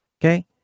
Okay